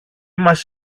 μας